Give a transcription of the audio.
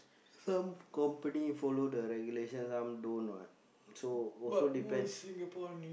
some company follow the regulations some don't what so also depends